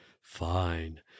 Fine